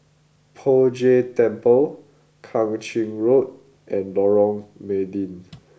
Poh Jay Temple Kang Ching Road and Lorong Mydin